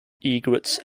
egrets